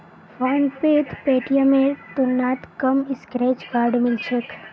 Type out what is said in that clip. फोनपेत पेटीएमेर तुलनात कम स्क्रैच कार्ड मिल छेक